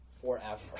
forever